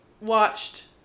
watched